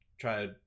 try